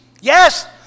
Yes